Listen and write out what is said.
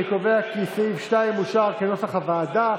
אני קובע כי סעיף 2 אושר, כנוסח הוועדה.